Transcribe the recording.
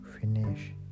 finish